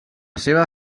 seva